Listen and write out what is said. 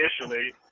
initially